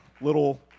Little